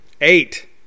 Eight